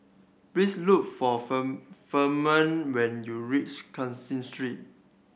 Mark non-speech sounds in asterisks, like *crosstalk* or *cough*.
please look for *unintelligible* Ferman when you reach Cashin Street